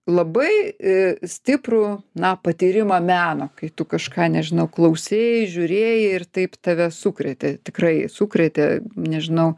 labai a stiprų na patyrimą meno kai tu kažką nežinau klausei žiūrėjai ir taip tave sukrėtė tikrai sukrėtė nežinau